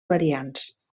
variants